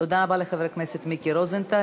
תודה לחבר הכנסת מיקי רוזנטל.